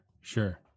Sure